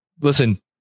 listen